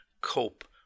cope